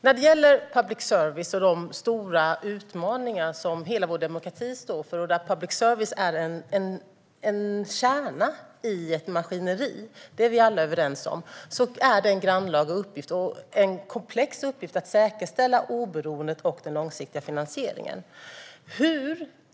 Herr talman! I de stora utmaningar som hela vår demokrati står inför är public service en kärna i ett maskineri, vilket vi alla är överens om. Det är en grannlaga och komplex uppgift att säkerställa public services oberoende och långsiktiga finansiering.